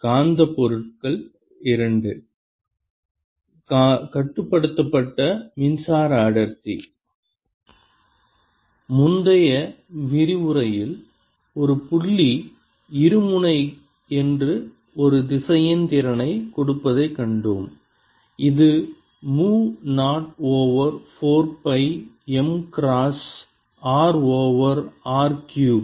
காந்த பொருட்கள் II கட்டுப்படுத்தப்பட்ட மின்சார அடர்த்தி முந்தைய விரிவுரையில் ஒரு புள்ளி இருமுனை எனக்கு ஒரு திசையன் திறனைக் கொடுப்பதைக் கண்டோம் இது mu naught over 4 pi m cross r over r cube